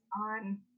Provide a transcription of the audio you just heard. on